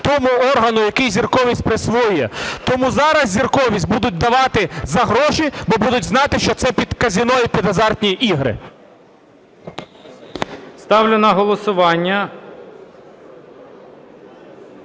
тому органу, який зірковість присвоює. Тому зараз зірковість будуть давати за гроші, бо будуть знати, що це під казино і під азартні ігри. ГОЛОВУЮЧИЙ. Ставлю на голосування